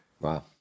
Wow